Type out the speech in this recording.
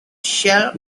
shell